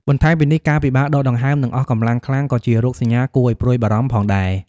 បន្ថែមពីនេះ ការពិបាកដកដង្ហើម និង អស់កម្លាំងខ្លាំង ក៏ជារោគសញ្ញាគួរឱ្យព្រួយបារម្ភផងដែរ។